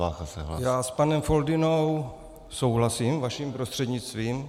Já s panem Foldynou souhlasím, vaším prostřednictvím.